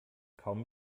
kaum